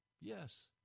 Yes